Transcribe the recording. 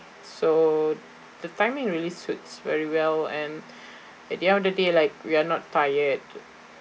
so the timing really suits very well and at the end of the day like we are not tired